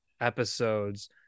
episodes